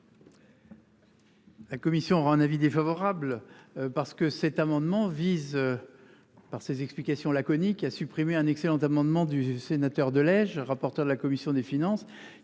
La commission aura un avis défavorable. Parce que cet amendement vise. Par ses explications laconiques il a supprimé un excellent amendement du sénateur de Lège, rapporteur de la commission des finances.